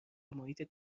محیط